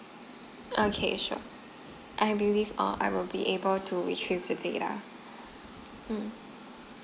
okay sure I believe err I would be able to retrieve the date yeah mm